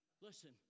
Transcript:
Listen